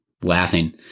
laughing